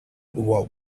what